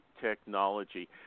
technology